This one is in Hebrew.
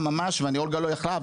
הם נכנסים לתמונה ממש ואולגה לא יכלה,